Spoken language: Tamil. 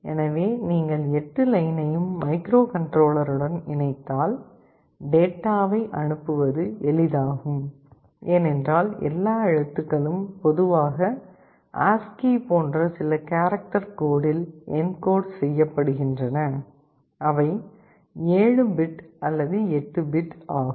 எனவே நீங்கள் 8 லைனையும் மைக்ரோகண்ட்ரோலருடன் இணைத்தால் டேட்டாவை அனுப்புவது எளிதானது ஏனென்றால் எல்லா எழுத்துக்களும் பொதுவாக ASCII போன்ற சில கேரக்டர் கோடில் என்கோடு செய்யப்படுகின்றன அவை 7 பிட் அல்லது 8 பிட் ஆகும்